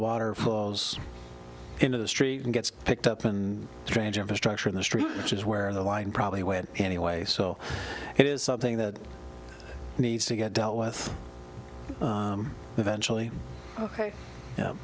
water falls into the street and gets picked up and strange infrastructure in the street which is where the line probably went anyway so it is something that needs to get dealt with eventually ok